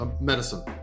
medicine